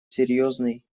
серьезный